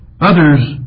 Others